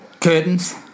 Curtains